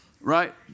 Right